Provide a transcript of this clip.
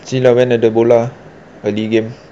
see lah when the the bola early game